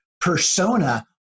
persona